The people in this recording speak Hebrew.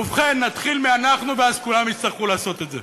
ובכן, נתחיל מאנחנו, ואז כולם יצטרכו לעשות את זה.